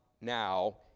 now